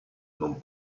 non